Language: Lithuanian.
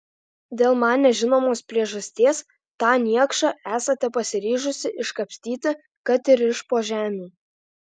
dėl man nežinomos priežasties tą niekšą esate pasiryžusi iškapstyti kad ir iš po žemių